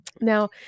Now